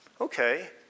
okay